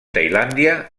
tailàndia